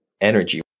energy